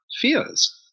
fears